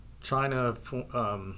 China